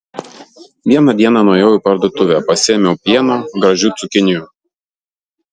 vieną dieną nuėjau į parduotuvę pasiėmiau pieno gražių cukinijų